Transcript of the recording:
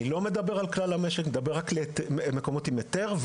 אני לא מדבר על כלל המשק אלא רק על מקומות עם היתר.